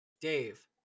Dave